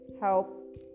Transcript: help